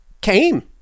came